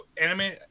anime